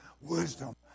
wisdom